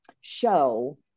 show